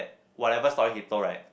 whatever story he told right